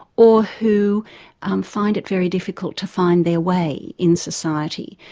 or who um find it very difficult to find their way in society.